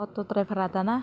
auto driver आदा ना